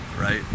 right